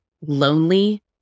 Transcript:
lonely